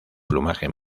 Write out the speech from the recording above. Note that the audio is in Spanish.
plumaje